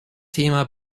thema